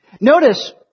Notice